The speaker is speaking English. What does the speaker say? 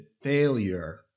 failure